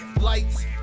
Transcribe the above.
Lights